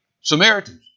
Samaritans